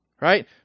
right